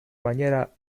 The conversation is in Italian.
maniera